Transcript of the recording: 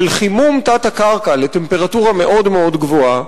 של חימום תת-הקרקע לטמפרטורה מאוד מאוד גבוהה.